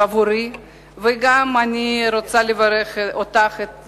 ואני גם רוצה לברך אותך,